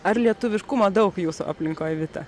ar lietuviškumo daug jūsų aplinkoj vita